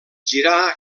girar